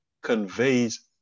conveys